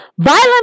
Violent